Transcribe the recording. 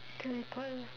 can I call the